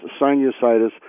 sinusitis